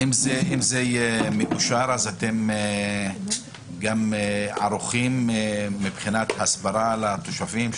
ואם זה מאושר אז אתם גם ערוכים מבחינת הסברה לתושבים?